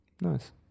Nice